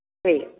ठीक